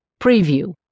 Preview